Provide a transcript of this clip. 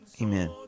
Amen